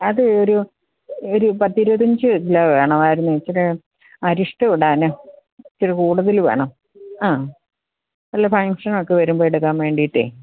അത് ഒരു ഒരു പത്തിരുപത്തഞ്ച് കിലോ വേണമായിരുന്നു ഇച്ചിരേ അരിഷ്ടവിടാൻ ഇത്തിരി കൂടുതൽ വേണം ആ വല്ല ഫംഗ്ഷനൊക്കെ വരുമ്പോൾ എടുക്കാൻ വേണ്ടിയിട്ട്